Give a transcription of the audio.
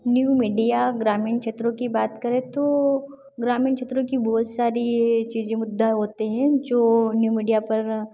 new media ग्रामीण क्षेत्रों की बात करें तो ग्रामीण क्षेत्रों की बहुत सारी चीज़ें मुद्दा होते हैं जो न्यू मीडिया पर